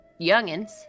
youngins